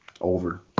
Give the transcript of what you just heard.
Over